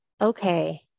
okay